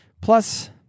Plus